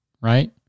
right